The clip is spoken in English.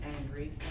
angry